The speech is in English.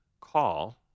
call